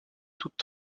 toutes